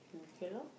okay loh